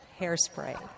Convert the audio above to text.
hairspray